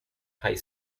high